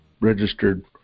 registered